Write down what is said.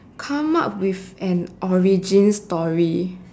come up with an origin story